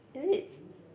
is it